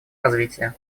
развития